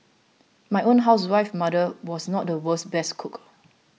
my own housewife mother was not the world's best cooker